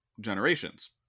generations